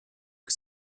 che